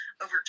over